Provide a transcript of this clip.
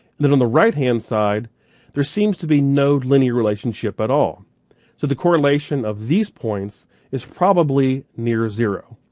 and then on the right hand side there seems to be no linear relationship at all. so the correlation of these points is probably near zero.